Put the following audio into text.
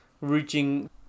reaching